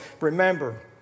remember